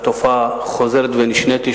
התופעה חוזרת ונשנית.